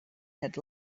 had